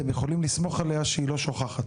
אתם יכולים לסמוך עליה שהיא לא שוכחת.